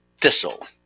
thistle